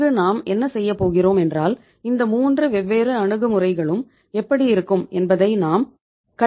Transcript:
இங்கு நாம் என்ன செய்யப் போகிறோம் என்றால் இந்த மூன்று வெவ்வேறு அணுகுமுறைகளும் எப்படி இருக்கும் என்பதை நாம் கட்டமைக்கப் போகிறோம்